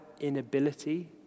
inability